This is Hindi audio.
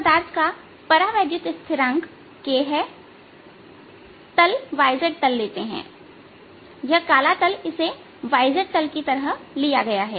इस पदार्थ का परावैद्युत स्थिरांक k है तल yz तल लेते हैं इसलिए यह काला तल इसे yz तल की तरह लिया गया है